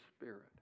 spirit